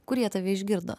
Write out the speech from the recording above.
kur jie tave išgirdo